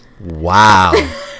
Wow